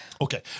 Okay